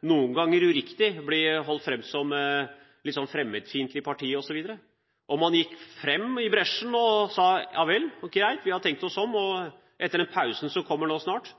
noen ganger uriktig blir holdt fram som et fremmedfiendtlig parti osv. Om man gikk i bresjen og sa ja vel, greit, vi har tenkt oss om, og etter den pausen som kommer nå snart,